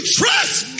trust